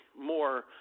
more